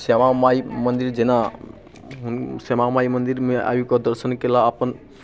श्यामा माइ मन्दिर जेना श्यामा माइ मन्दिरमे आबि कऽ दर्शन कयलाह अपन